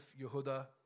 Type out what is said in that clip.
Yehuda